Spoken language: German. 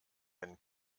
wenn